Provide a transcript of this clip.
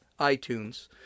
itunes